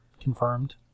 confirmed